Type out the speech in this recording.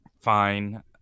fine